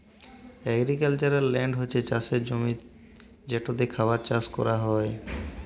agricultural land হছে চাষের জমি যেটতে খাবার চাষ ক্যরা হ্যয়